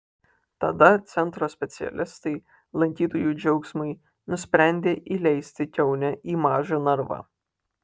tada centro specialistai lankytojų džiaugsmui nusprendė įleisti kiaunę į mažą narvą